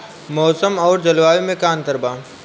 मौसम और जलवायु में का अंतर बा?